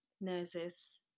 nurses